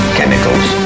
Chemicals